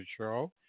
show